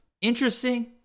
interesting